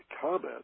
comment